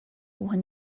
one